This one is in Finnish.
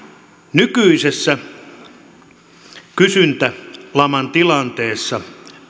nykyisessä kysyntälaman tilanteessa